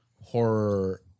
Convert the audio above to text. horror